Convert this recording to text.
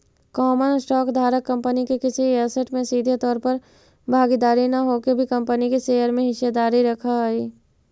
common stock धारक company के किसी ऐसेट में सीधे तौर पर भागीदार न होके भी कंपनी के शेयर में हिस्सेदारी रखऽ हइ